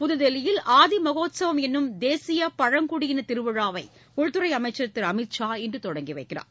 புதுதில்லியில் ஆதிமகோத்ஸவம் என்னும் தேசியபழங்குடியினதிருவிழாவைஉள்துறைஅமைச்சர் திரு அமித் ஷா இன்றுதொடங்கிவைக்கிறார்